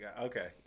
Okay